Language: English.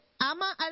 Ama